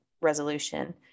resolution